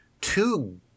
Two